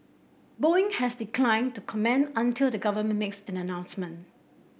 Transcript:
Boeing has declined to comment until the government makes an announcement